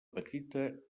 petita